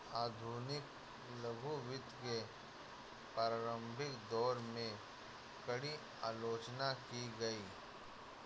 आधुनिक लघु वित्त के प्रारंभिक दौर में, कड़ी आलोचना की गई